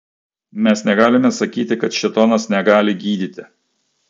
mes negalime sakyti kad šėtonas negali gydyti